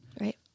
Right